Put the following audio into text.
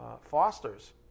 fosters